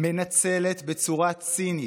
מנצלת בצורה צינית,